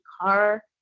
car